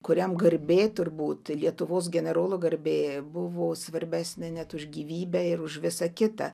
kuriam garbė turbūt lietuvos generolo garbė buvo svarbesnė net už gyvybę ir už visa kita